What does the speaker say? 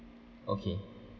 okay